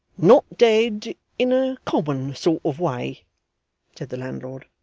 not dead in a common sort of way said the landlord.